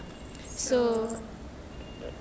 so